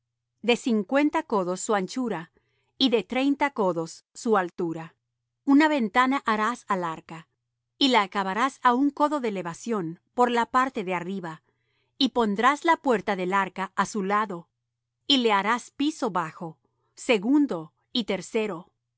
de cincuenta codos su anchura y de treinta codos su altura una ventana harás al arca y la acabarás á un codo de elevación por la parte de arriba y pondrás la puerta del arca á su lado y le harás piso bajo segundo y tercero